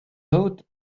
toad